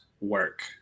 work